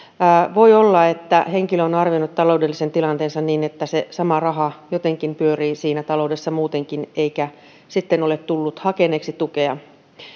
voi olla että henkilö on arvioinut taloudellisen tilanteensa niin että se sama raha jotenkin pyörii siinä taloudessa muutenkin eikä sitten ole tullut hakeneeksi tukea